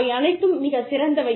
அவை அனைத்தும் மிகச் சிறந்தவை